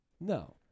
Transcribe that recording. No